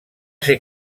ser